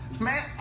man